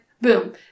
boom